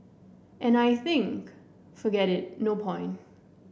and I think forget it no point